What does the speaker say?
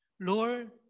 Lord